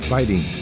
Fighting